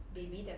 it's like